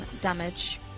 damage